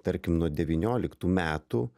tarkim nuo devynioliktų metų